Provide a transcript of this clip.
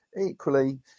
equally